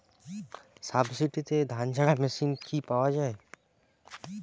সাবসিডিতে ধানঝাড়া মেশিন কি পাওয়া য়ায়?